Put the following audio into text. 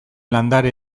landare